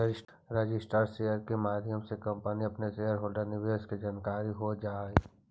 registered share के माध्यम से कंपनी के अपना शेयर होल्डर निवेशक के जानकारी हो जा हई